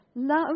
Love